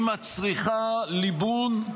היא מצריכה ליבון,